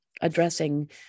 addressing